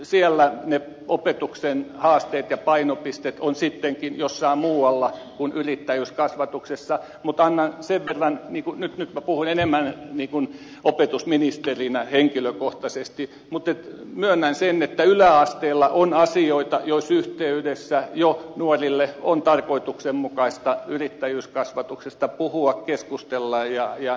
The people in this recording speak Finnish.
siellä ne opetuksen haasteet ja painopisteet ovat sittenkin jossain muualla kuin yrittäjyyskasvatuksessa nyt minä puhun enemmän opetusministerinä henkilökohtaisesti mutta myönnän sen että yläasteella on asioita joiden yhteydessä nuorille on jo tarkoituksenmukaista yrittäjyyskasvatuksesta puhua keskustella jnp